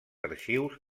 arxius